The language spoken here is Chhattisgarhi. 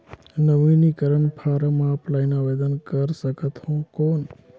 नवीनीकरण फारम ऑफलाइन आवेदन कर सकत हो कौन?